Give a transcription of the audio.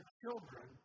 children